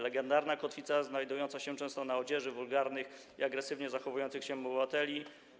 Legendarna kotwica znajdująca się często na odzieży wulgarnych i agresywnie zachowujących się obywateli.